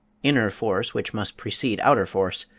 inner force, which must precede outer force,